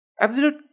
Absolute